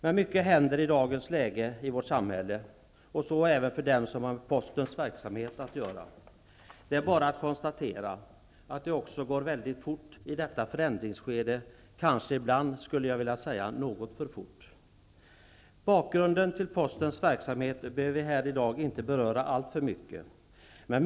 Men mycket händer i dagens samhälle. Det gäller även dem som har med postens verksamhet att göra. Det är bara att konstatera att det går väldigt fort också i detta förändringsskede. Kanske ibland något för fort, skulle jag vilja säga. Bakgrunden till postens verksamhet behöver vi inte beröra alltför mycket här i dag.